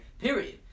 Period